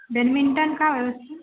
badminton का